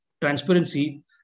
transparency